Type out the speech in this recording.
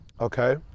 Okay